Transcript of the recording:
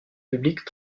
public